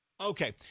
Okay